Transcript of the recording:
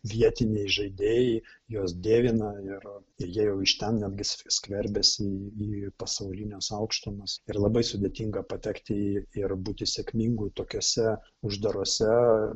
vietiniai žaidėjai juos dievina ir ir jie jau iš ten netgi skverbiasi į į pasaulines aukštumas ir labai sudėtinga patekti į ir būti sėkmingu tokiuose uždaruose